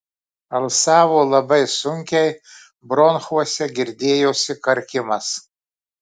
alsavo labai sunkiai bronchuose girdėjosi karkimas